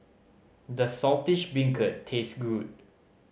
does Saltish Beancurd taste good